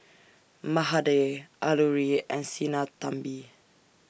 Mahade Alluri and Sinnathamby